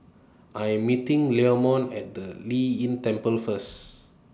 I Am meeting Leamon At The Lei Yin Temple First